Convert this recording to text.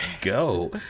go